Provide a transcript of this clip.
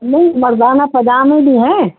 نہیں مردانہ پاجامہ بھی ہیں